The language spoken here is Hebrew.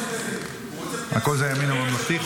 הכול זה הימין הממלכתי,